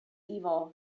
evil